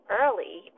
early